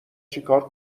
چیکار